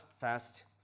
fast